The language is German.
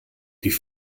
die